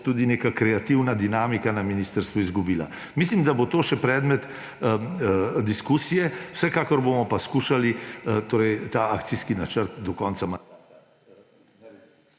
tudi neka kreativna dinamika na ministrstvu izgubila. Mislim, da bo to še predmet diskusije. Vsekakor bomo pa skušali ta akcijski načrt do konca